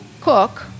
cook